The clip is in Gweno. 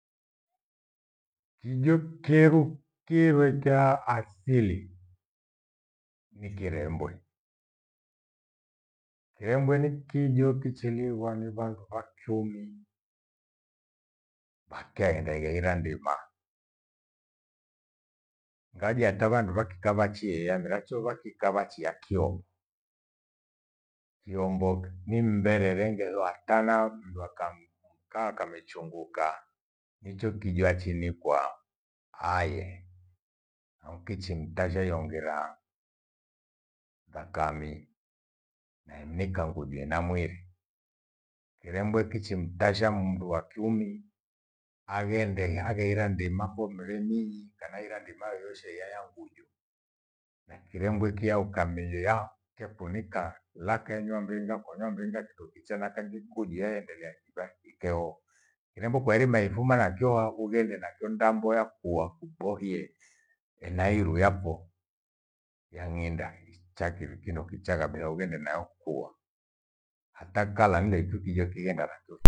Kijo kyeru kirwe cha asili ni kirembwe. Kirembwe ni kijo kichinighwa ni vandu vya kiumi vyakaghenda highira ndima. Ngaje hata vandu vakika vyachiya hia meracho vya kika vyachia kio. Kiombo ni mberere ghetho hatana mndu mka akamechunguka ndicho kijo achinikwa hai. Naukichi mtashe iongera thakami naimnika nguju ena mwiri. Kirembe kichimtasha mndu wa kiumi aghende aghehira ndima fomreminyi, kana hira ndima yoyoshe yaya nguju. Na kirembwe kiya ukamilia chekunika lakenywa mringa, kwanywa mringa kindokicha na kangi nguju iya yaendelea kibaki ikeho. Kirembwe kwairima ifumana nakyeo hako ughande nakyo ndambo ya kuwa ubohie ena iru yapho yang'inda hiricha kindu kiro kicha kabitha ughende nayo kuwa. Hata kala nile hikyo kijo kihenda rakwoi